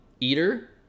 eater